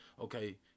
Okay